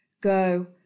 Go